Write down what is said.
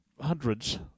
hundreds